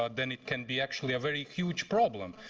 ah then it can be actually a very huge problem.